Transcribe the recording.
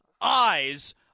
eyes